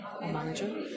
manager